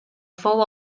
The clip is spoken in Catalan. fou